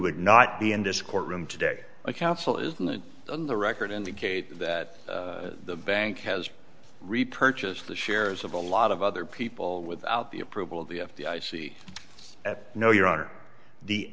would not be in this courtroom today a counsel isn't on the record indicate that the bank has repurchase the shares of a lot of other people without the approval of the f b i see at no your honor the